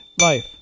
life